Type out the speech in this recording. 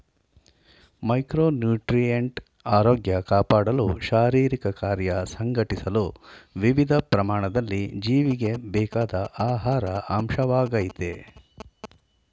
micronutrient ಆರೋಗ್ಯ ಕಾಪಾಡಲು ಶಾರೀರಿಕಕಾರ್ಯ ಸಂಘಟಿಸಲು ವಿವಿಧ ಪ್ರಮಾಣದಲ್ಲಿ ಜೀವಿಗೆ ಬೇಕಾದ ಆಹಾರ ಅಂಶವಾಗಯ್ತೆ